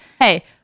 Hey